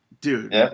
Dude